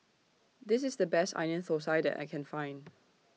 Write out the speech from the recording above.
This IS The Best Onion Thosai that I Can Find